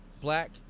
black